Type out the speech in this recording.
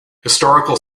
historical